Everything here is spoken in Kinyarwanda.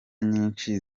nyinshi